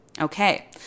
Okay